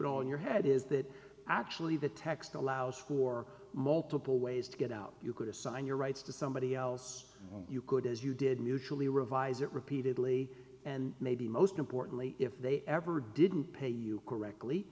in your head is that actually the text allows who are multiple ways to get out you could assign your rights to somebody else you could as you did mutually revise it repeatedly and maybe most importantly if they ever didn't pay you correctly